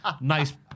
nice